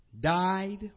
died